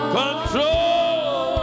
control